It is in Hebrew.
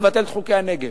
לבטל את חוקי הנגב.